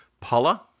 Paula